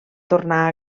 tornar